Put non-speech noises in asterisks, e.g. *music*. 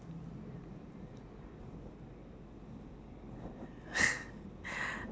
*laughs*